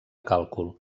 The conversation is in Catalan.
càlcul